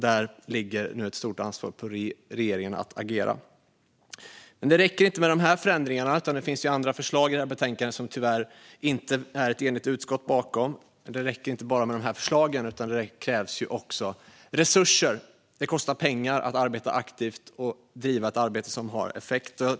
Där ligger nu ett stort ansvar på regeringen att agera. Det räcker inte med dessa förändringar. Det finns ju andra förslag i detta betänkande som tyvärr inte har ett enigt utskott bakom sig. Det räcker inte med de här förslagen, utan det krävs också resurser - det kostar pengar att arbeta aktivt och bedriva ett arbete som har effekt.